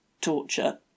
torture